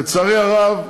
לצערי הרב,